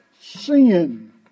sin